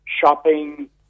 shopping